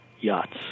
yachts